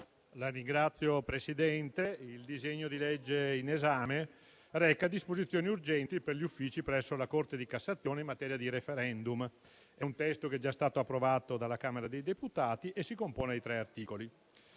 Signora Presidente, il disegno di legge in esame reca disposizioni urgenti per gli Uffici presso la Corte di cassazione in materia di *referendum*. È un testo che è già stato approvato dalla Camera dei deputati e si compone di tre articoli.